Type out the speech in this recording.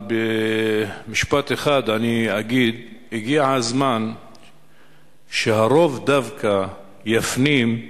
אבל במשפט אחד אני אגיד: הגיע הזמן שדווקא הרוב יפנים,